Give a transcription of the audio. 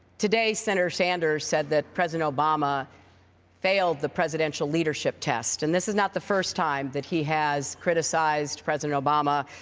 today senator sanders said that president obama failed the presidential leadership test. and this is not the first time that he has criticized president obama.